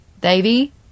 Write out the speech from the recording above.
Davy